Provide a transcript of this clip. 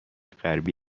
غربی